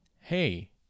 hey